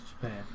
Japan